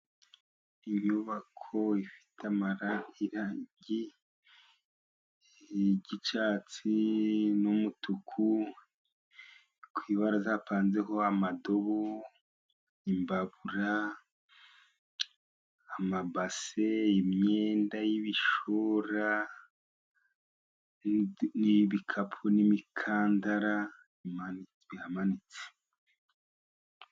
Inyubako ifite amarangi y'icyatsi n'umutuku, ku ibaraza hapanzeho amadobo, imbabura, amabase, imyenda y'ibishora, ni ibikapu ni imikandara bihamanitse.